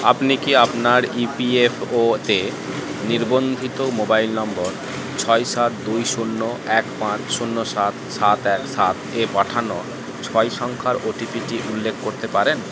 আপনি কি আপনার ই পি এফ ও তে নির্বন্ধিত মোবাইল নম্বর ছয় সাত দুই শূন্য এক পাঁচ শূন্য সাত সাত এক সাতে পাঠানো ছয় সংখ্যার ওটিপি টি উল্লেখ করতে পারেন